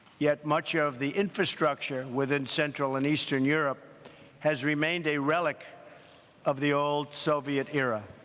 yet much of the infrastructure within central and eastern europe has remained a relic of the old soviet era.